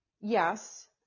yes